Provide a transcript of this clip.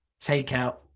takeout